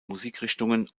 musikrichtungen